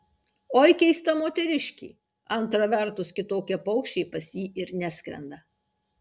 oi keista moteriškė antra vertus kitokie paukščiai pas jį ir neskrenda